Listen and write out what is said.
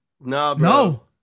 No